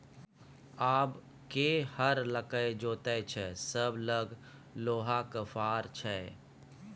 आब के हर लकए जोतैय छै सभ लग लोहाक फार छै